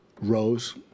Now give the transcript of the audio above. rose